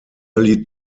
early